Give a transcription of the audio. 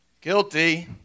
Guilty